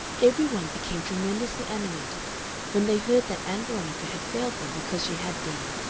every one became tremendously animated when they heard that ann veronica had failed them because she had been,